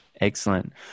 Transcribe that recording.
excellent